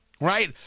Right